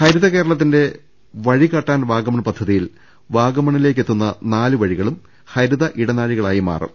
ഹരിത കേരളത്തിന്റെ വഴികാട്ടാൻ വാഗമൺ പദ്ധതിയിൽ വാഗമണിലേക്കെത്തുന്ന നാല് വഴികളും ഹരിത ഇടനാ ഴികളായി ്രമാറും